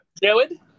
David